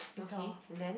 okay and then